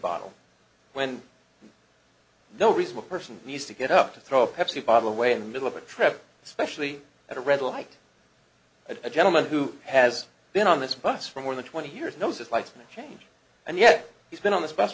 bottle when no reasonable person needs to get up to throw a pepsi bottle away in the middle of a trip especially at a red light and a gentleman who has been on this bus for more than twenty years knows his life may change and yet he's been on this b